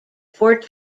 fort